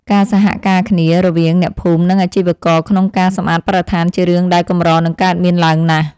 ការសហការគ្នារវាងអ្នកភូមិនិងអាជីវករក្នុងការសម្អាតបរិស្ថានជារឿងដែលកម្រនឹងកើតមានឡើងណាស់។